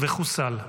וחוסל.